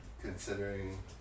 Considering